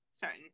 certain